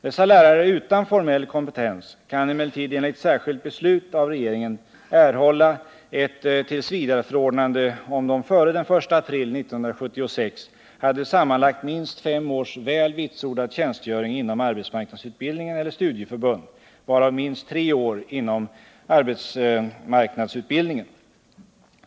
Dessa lärare utan formell kompetens kan emellertid enligt särskilt beslut av regeringen erhålla ett tillsvidareförordnande om de före den 1 april 1976 hade sammanlagt minst fem års väl vitsordad tjänstgöring inom arbetsmarknadsutbildningen eller studieförbund, varav minst tre år inom arbetsmarknadsutbildningen.